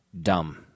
dumb